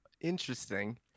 Interesting